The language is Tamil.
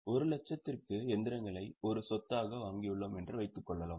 1 லட்சத்திற்கு இயந்திரங்களை ஒரு சொத்தாக வாங்கியுள்ளோம் என்று வைத்துக்கொள்வோம்